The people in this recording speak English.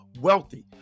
wealthy